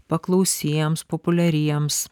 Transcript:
paklausiems populiariems